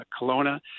Kelowna